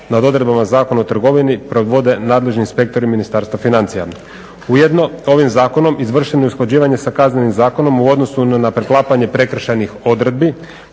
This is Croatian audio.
nad odredbama Zakona o trgovini provode nadležni inspektori Ministarstva financija. Ujedno, ovim zakonom izvršeno je usklađivanje sa Kaznenim zakonom u odnosu na preklapanje prekršajnih odredbi